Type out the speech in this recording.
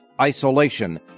isolation